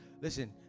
Listen